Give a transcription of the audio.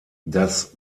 das